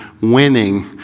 winning